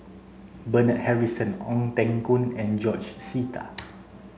Bernard Harrison Ong Teng Koon and George Sita